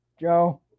Joe